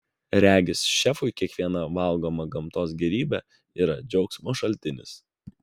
regis šefui kiekviena valgoma gamtos gėrybė yra džiaugsmo šaltinis